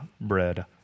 bread